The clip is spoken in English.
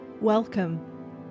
Welcome